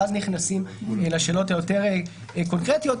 ואז נכנסים לשאלות היותר קונקרטיות.